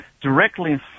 Directly